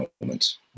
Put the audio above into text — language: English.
moments